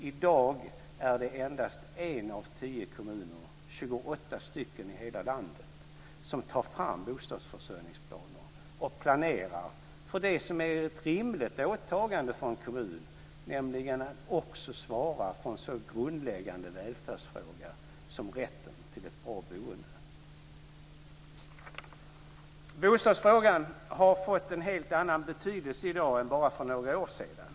I dag är det endast 1 av 10 kommuner, 28 kommuner i hela landet, som tar fram bostadsförsörjningsplaner och planerar för vad som är ett rimligt åtagande för en kommun, nämligen att också svara för en så grundläggande välfärdsfråga som rätten till ett bra boende. Bostadsfrågan har i dag en helt annan betydelse än den hade för bara ett par år sedan.